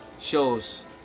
shows